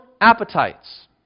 appetites